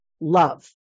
love